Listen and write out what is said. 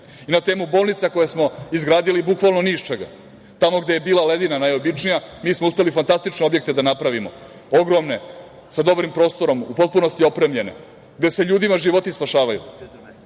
i na temu bolnica koje smo izgradili bukvalno ni iz čega. Tamo gde je bila ledina najobičnija mi smo uspeli fantastične objekte da napravimo, ogromne, sa dobrim prostorom, u potpunosti opremljene, gde se ljudima životi spašavaju. Da